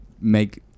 Make